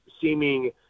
seeming